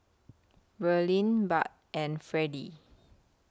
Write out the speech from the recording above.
Verlene Barb and Fredie